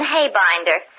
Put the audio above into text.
Haybinder